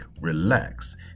relax